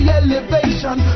elevation